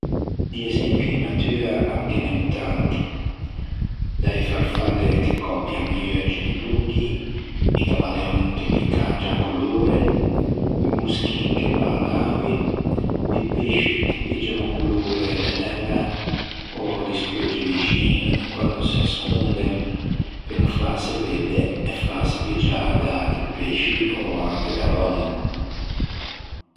Di esempi in natua ghe n'emmo tanti. Da-e farfalle che còpian i euggi di dôghi, di camaleonti che cangian colore i moschin che pan avi, di pesci che piggian o colore de l'æña ò di scheuggi vixin quando se scunden pe no fâse vedde e fâse piggiâ da-i atri pesci ò anche da l'òmmo.